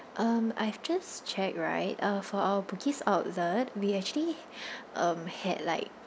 um I've just checked right uh for our bugis outlet we actually um had like